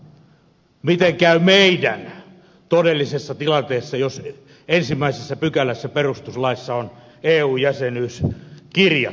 miten käy meidän todellisessa tilanteessa jos ensimmäisessä pykälässä perustuslaissa on eu jäsenyys kirjattu